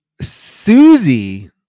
Susie